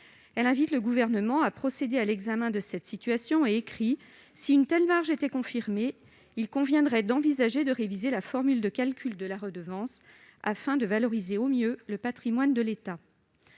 Elle invite le Gouvernement à procéder à l'examen de cette situation :« Si une telle marge était confirmée, il conviendrait d'envisager de réviser la formule de calcul de la redevance, afin de valoriser aux mieux le patrimoine de l'État. »